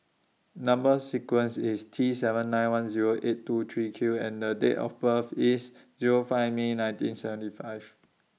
Number sequence IS T seven nine one Zero eight two three Q and The Date of birth IS Zero five May nineteen seventy five